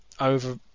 over